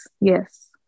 Yes